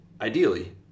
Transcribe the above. ideally